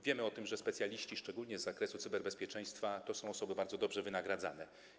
Wiemy o tym, że specjaliści, szczególnie z zakresu cyberbezpieczeństwa, to są osoby bardzo dobrze wynagradzane.